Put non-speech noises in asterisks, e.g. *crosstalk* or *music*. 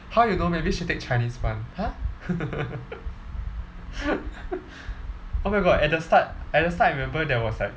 how you know maybe she take chinese one !huh! *laughs* oh my god at the start at the start I remember there was like